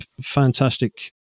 fantastic